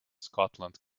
scotland